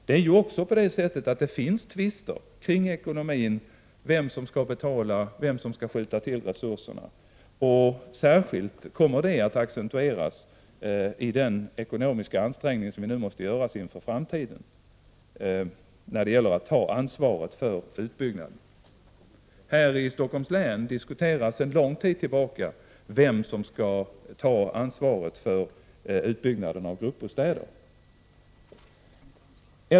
Det finns också tvister kring ekonomin beträffande vem som skall betala och skjuta till resurserna. Det kommer att accentueras särskilt i den ekonomiska ansträngning som vi nu måste göra inför framtiden i fråga om att ta ansvar för utbyggnaden. Här i Stockholms län diskuteras sedan lång tid tillbaka vem som skall ta ansvaret för utbyggnaden av gruppbostäder.